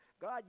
God